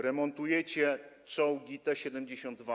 Remontujecie czołgi T-72.